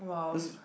let's